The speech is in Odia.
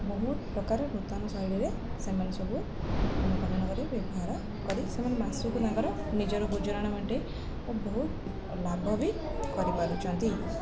ବହୁତ ପ୍ରକାର ନୂତନ ଶୈଳୀରେ ସେମାନେ ସବୁ ଅନୁକରଣ କରି ବ୍ୟବହାର କରି ସେମାନେ ମାସକୁ ତାଙ୍କର ନିଜର ଗୁଜୁରାଣ ମେଣ୍ଟେଇ ଓ ବହୁତ ଲାଭ ବି କରିପାରୁଛନ୍ତି